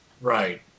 Right